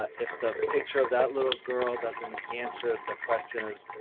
ah if the picture of that little girl doesn't answer the question,